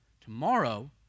tomorrow